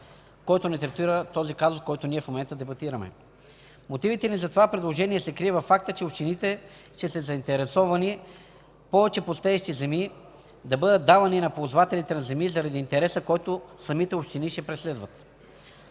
който не третира този казус, който в момента дебатираме. Мотивите ни за това предложение се крият във факта, че общините са заинтересовани повече пустеещи земи да бъдат давани на ползвателите на земи заради интереса, който самите общини ще преследват.